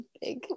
big